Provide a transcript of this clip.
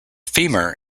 femur